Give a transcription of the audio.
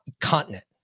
continent